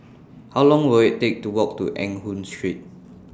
How Long Will IT Take to Walk to Eng Hoon Street